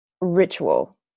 ritual